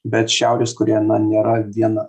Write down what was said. bet šiaurės korėja na nėra viena